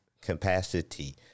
Capacity